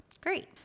Great